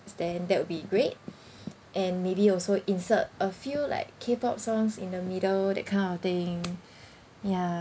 stand that will be great and maybe also insert a few like K pop songs in the middle that kind of thing ya